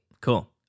Cool